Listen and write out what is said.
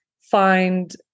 find